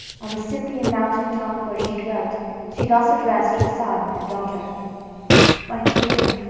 on the cynthian mountain top where she dwelt she thus addressed her son and daughter my children,